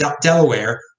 Delaware